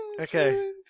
Okay